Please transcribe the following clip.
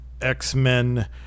X-Men